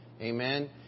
Amen